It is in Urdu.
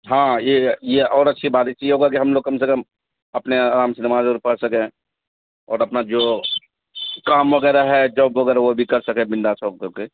ہاں یہ یہ اور اچھی بات اسی ہوگا کہ ہم لوگ کم سے کم اپنے آرام سے نماز پڑ سکیں اور اپنا جو کام وغیرہ ہے جاب وغیرہ وہ بھی کر سکیں بندا شاپ کر کے